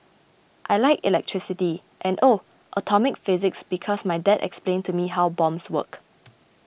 I like electricity and oh atomic physics because my dad explained to me how bombs work